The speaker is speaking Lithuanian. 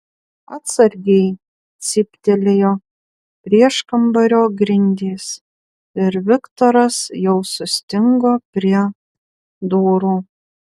atsargiai cyptelėjo prieškambario grindys ir viktoras jau sustingo prie durų